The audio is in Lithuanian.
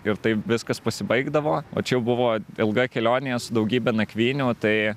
ir taip viskas pasibaigdavo o čia jau buvo ilga kelionė su daugybe nakvynių tai